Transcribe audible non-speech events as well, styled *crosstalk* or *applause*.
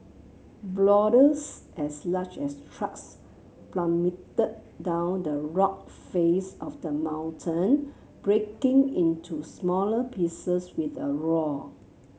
*unintelligible* as large as trucks plummeted down the rock face of the mountain breaking into smaller pieces with a roar